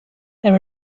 there